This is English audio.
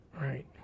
Right